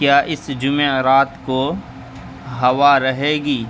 کیا اس جمعرات کو ہوا رہے گی